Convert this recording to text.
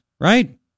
right